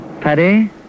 Paddy